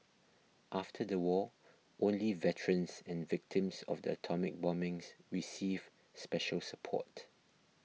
after the war only veterans and victims of the atomic bombings received special support